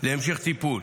להמשך טיפול.